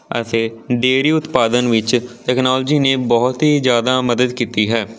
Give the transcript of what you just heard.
ਅਤੇ ਡੇਰੀ ਉਤਪਾਦਨ ਵਿੱਚ ਤਕਨੋਲਜੀ ਨੇ ਬਹੁਤ ਹੀ ਜ਼ਿਆਦਾ ਮਦਦ ਕੀਤੀ ਹੈ